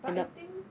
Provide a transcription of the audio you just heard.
but I think